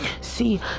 See